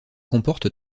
comporte